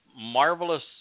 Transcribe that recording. marvelous